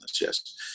Yes